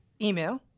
email